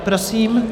Prosím.